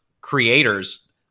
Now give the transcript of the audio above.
creators